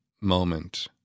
moment